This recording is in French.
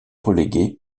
relégué